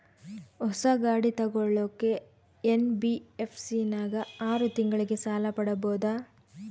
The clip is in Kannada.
ಹೊಸ ಗಾಡಿ ತೋಗೊಳಕ್ಕೆ ಎನ್.ಬಿ.ಎಫ್.ಸಿ ನಾಗ ಆರು ತಿಂಗಳಿಗೆ ಸಾಲ ಪಡೇಬೋದ?